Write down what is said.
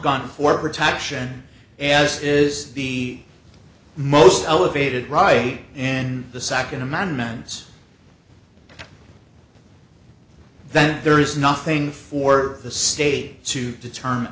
gun for protection as is the most elevated right in the nd amendment's then there is nothing for the state to determine